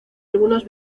algunos